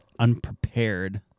unprepared